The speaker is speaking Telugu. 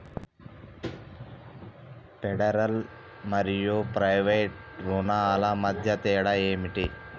ఫెడరల్ మరియు ప్రైవేట్ రుణాల మధ్య తేడా ఏమిటి?